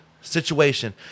situation